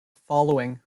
following